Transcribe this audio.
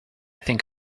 think